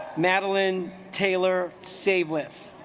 madeleine taylor save with